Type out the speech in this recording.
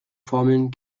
formeln